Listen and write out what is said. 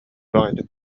баҕайытык